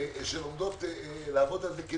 שלומדות לעבוד על זה.